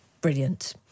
brilliant